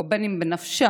ובין אם בנפשם.